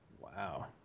Wow